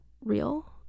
real